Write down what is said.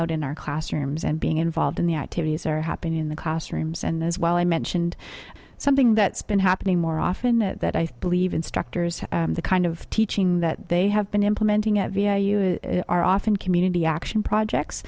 out in our classrooms and being involved in the activities are happening in the classrooms and as well i mentioned something that's been happening more often that i thought leave instructors to the kind of teaching that they have been implementing at via you are often community action projects